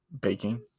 baking